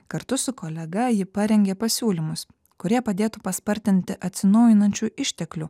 kartu su kolega ji parengė pasiūlymus kurie padėtų paspartinti atsinaujinančių išteklių